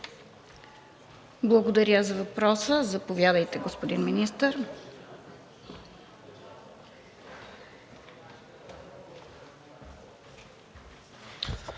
Благодаря за въпроса. Заповядайте, господин Министър.